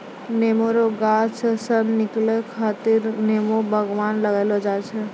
नेमो रो गाछ से सन निकालै खातीर नेमो बगान लगैलो जाय छै